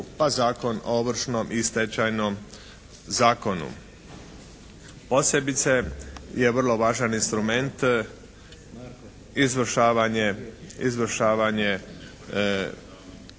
pa Zakon o ovršnom i stečajnom zakonu. Posebice je vrlo važan instrument izvršavanje kazne